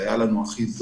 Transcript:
זה היה לנו הכי זול,